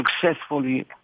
successfully